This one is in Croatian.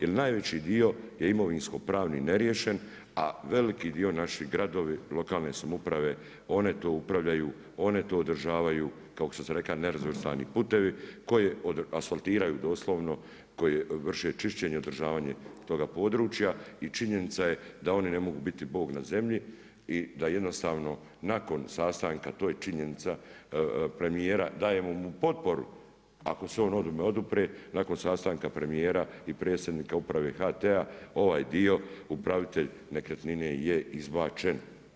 Jer najveći dio je imovinsko-pravni neriješen, a veliki dio naši gradovi, lokalne samouprave, one to upravljaju, one to održavaju, kako sam rekao, nerazvrstani putevi koje asfaltiraju doslovno, koji vrše čišćenje i održavanje toga područja i činjenica je da oni ne mogu biti Bog na zemlji i da jednostavno nakon sastanka, to je činjenica, premijera, dajemo mu potporu, ako se on ovome odupre nakon sastanka premijera i Predsjednika Uprave HT-a, ovaj dio upravitelj nekretnine je izbačen.